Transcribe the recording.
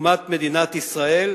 לתקומת מדינת ישראל,